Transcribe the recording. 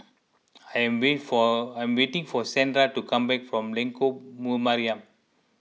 I am wait for I am waiting for Shandra to come back from Lengkok Mariam